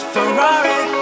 Ferrari